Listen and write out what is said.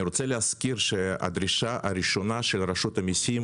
אני רוצה להזכיר שהדרישה הראשונה של רשות המיסים